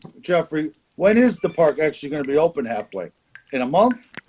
jeffrey, what is the park actually going to be open halfway in a month.